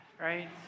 right